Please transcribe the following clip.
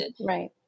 Right